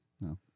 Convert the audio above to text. No